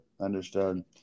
Understood